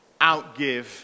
outgive